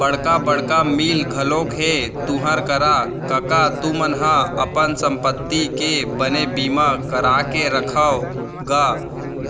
बड़का बड़का मील घलोक हे तुँहर करा कका तुमन ह अपन संपत्ति के बने बीमा करा के रखव गा